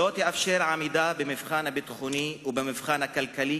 לא תאפשר עמידה במבחן הביטחוני ובמבחן הכלכלי,